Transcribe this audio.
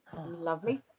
Lovely